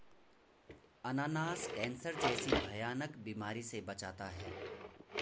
अनानास कैंसर जैसी भयानक बीमारी से बचाता है